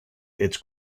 its